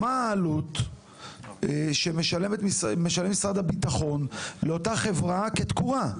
מהי העלות שמשלם משרד הביטחון לאותה חברה כתקורה?